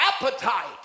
appetite